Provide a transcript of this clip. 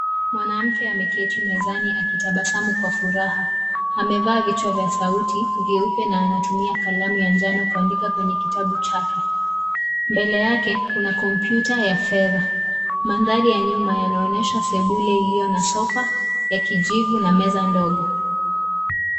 Mwanamke ameketi mezani akitabasamu kwa furaha amevaa vichwa vya sauti vyeupe na anatumia kalamu ya njano kuandika kwenye kitabu chake mbele yake kuna kompyuta ya fedha mandhari ya nyuma yanaonyesha sebule iliyo na sofa ya kijivu na meza ndogo